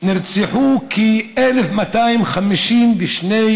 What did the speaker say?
שנרצחו 1,252